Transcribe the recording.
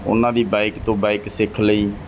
ਉਹਨਾਂ ਦੀ ਬਾਈਕ ਤੋਂ ਬਾਇਕ ਸਿੱਖ ਲਈ